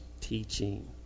teaching